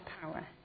power